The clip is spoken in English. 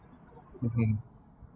okay